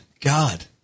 God